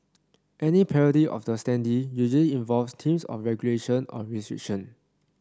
any parody of the standee usually involves teams of regulation or restriction